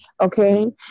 Okay